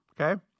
Okay